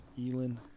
Elin